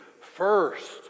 first